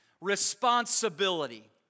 Responsibility